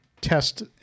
test